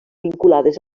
vinculades